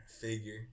figure